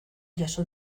jaso